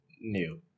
new